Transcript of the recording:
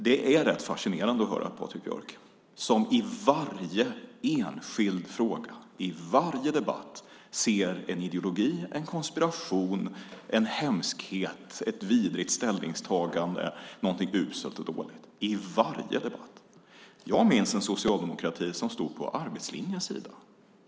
Det är rätt fascinerande att höra Patrik Björck som i varje enskild fråga, i varje debatt ser en ideologi, en konspiration, en hemskhet, ett vidrigt ställningstagande, någonting uselt och dåligt. Jag minns en socialdemokrati som stod på arbetslinjens sida.